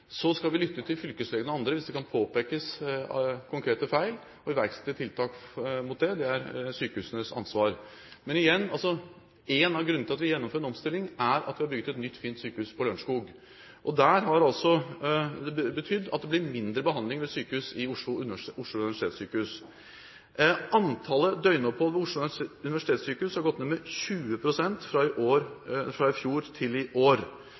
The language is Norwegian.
Så skal vi lytte til fylkeslegen og andre hvis det kan påpekes konkrete feil, og iverksette tiltak mot det. Det er sykehusenes ansvar. Men igjen: Én av grunnene til at vi gjennomfører en omstilling, er at vi har bygget et nytt, fint sykehus på Lørenskog. Det har betydd at det blir mindre behandling ved Oslo universitetssykehus. Antallet døgnopphold ved Oslo universitetssykehus har gått ned med 20 pst. fra i fjor til i år